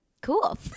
cool